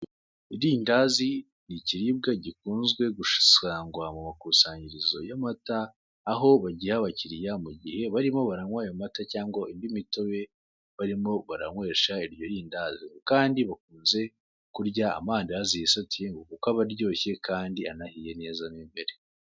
Irindazi ni ikiribwa gikunze gusangwa mu makusanyirizo y'amata, aho bagiha abakiriya mu gihe nbarimo baranywa ayo mata cyangwa indi mitobe, barimo baranywesha iryo rindazi, kandi bakunda amandazi yisatuye kuko aba aryoshye kandi anahiye neza mo imbere.